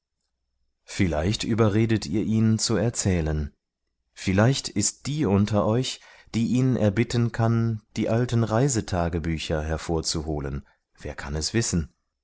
vielleicht überredet ihr ihn zu erzählen vielleicht ist die unter euch die ihn erbitten kann die alten reisetagebücher hervorzuholen wer kann es wissen